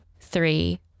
three